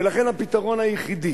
ולכן, הפתרון היחידי,